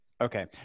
Okay